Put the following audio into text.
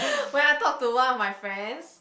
when I talk to one of my friends